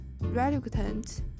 reluctant